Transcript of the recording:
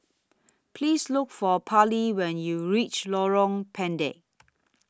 Please Look For Parlee when YOU REACH Lorong Pendek